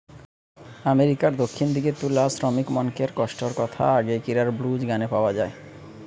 আমেরিকার দক্ষিণ দিকের তুলা শ্রমিকমনকের কষ্টর কথা আগেকিরার ব্লুজ গানে পাওয়া যায়